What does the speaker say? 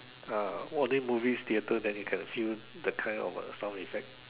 uh only movies theatres then you can feel the kind of a sound effect